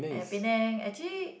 and Penang actually